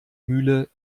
mühle